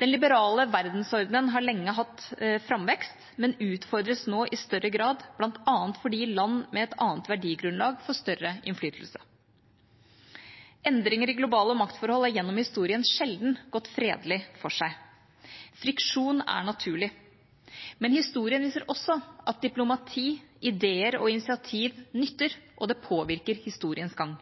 Den liberale verdensordenen har lenge hatt framvekst, men utfordres nå i større grad, bl.a. fordi land med et annet verdigrunnlag får større innflytelse. Endringer i globale maktforhold har gjennom historien sjelden gått fredelig for seg. Friksjon er naturlig. Men historien viser også at diplomati, ideer og initiativ nytter, og det påvirker historiens gang.